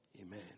Amen